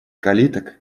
калиток